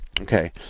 Okay